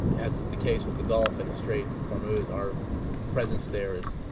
as is the case with the gulf and the strait of hormuz, our presence there is